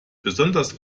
besonders